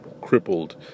crippled